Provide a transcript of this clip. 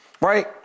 right